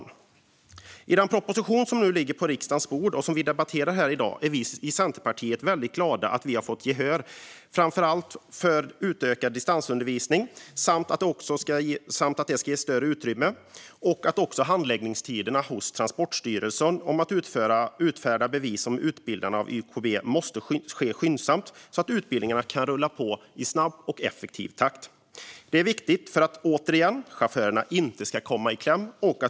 När det gäller den proposition som nu ligger på riksdagens bord och som vi debatterar i dag är vi i Centerpartiet väldigt glada över att ha fått gehör framför allt gällande utökad distansundervisning och att den ska ges större utrymme, liksom att handläggningen hos Transportstyrelsen för att utfärda bevis för utbildarna av YKB måste ske skyndsamt så att utbildningarna kan rulla på i en snabb och effektiv takt. Detta är viktigt för att chaufförerna, återigen, inte ska komma i kläm.